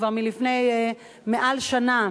כבר לפני מעל שנה,